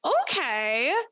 Okay